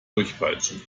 durchpeitschen